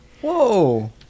Whoa